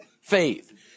faith